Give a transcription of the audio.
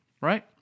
right